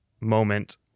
moment